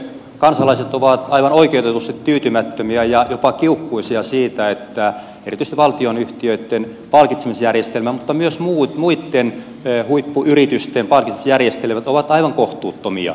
kansalaiset ovat aivan oikeutetusti tyytymättömiä ja jopa kiukkuisia siitä että erityisesti valtionyhtiöitten palkitsemisjärjestelmät mutta myös muitten huippuyritysten palkitsemisjärjestelmät ovat aivan kohtuuttomia